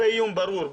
זה איום ברור.